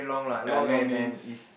ya long names